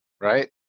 right